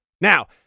Now